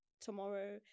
tomorrow